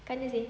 kat mana seh